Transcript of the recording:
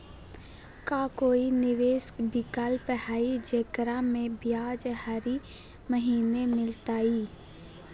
का कोई निवेस विकल्प हई, जेकरा में ब्याज हरी महीने मिलतई?